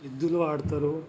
ఎద్దులు వాడతారు